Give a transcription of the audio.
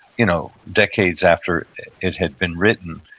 you know decades after it had been written,